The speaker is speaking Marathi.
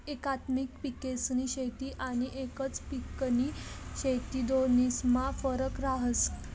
एकात्मिक पिकेस्नी शेती आनी एकच पिकनी शेती दोन्हीस्मा फरक रहास